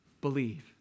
Believe